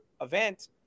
event